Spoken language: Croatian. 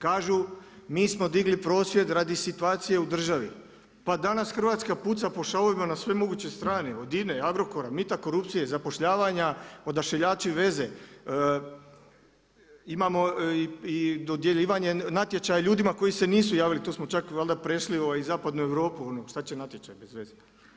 Kažu, mi smo digli prosvjed radi situacije u državi, pa danas Hrvatska puca po šavovima na sve moguće strane od INA-e, Agrokora, mita i korupcije, zapošljavanja, odašiljači, veze, imamo dodjeljivanja natječaja ljudima koji se nisu javili, to smo čak valja prešli i Zapadnu Europu, šta će natječaj bezveze.